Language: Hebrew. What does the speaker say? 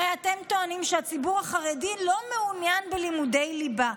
הרי אתם טוענים שהציבור החרדי לא מעוניין בלימודי ליבה.